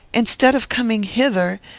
instead of coming hither,